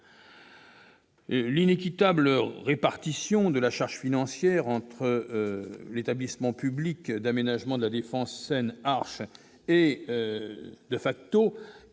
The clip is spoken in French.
L'inéquitable répartition de la charge financière entre l'établissement public d'aménagement de La Défense Seine Arche et Defacto